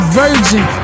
virgin